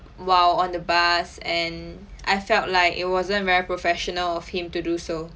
while on the bus and I felt like it wasn't very professional of him to do so